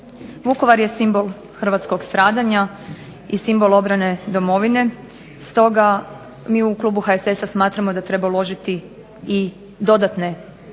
Vukovar je simbol hrvatskog stradanja i simbol obrane domovine, stoga mi u klubu HSS-a smatramo da treba uložiti i dodatne napore